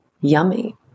yummy